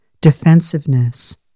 defensiveness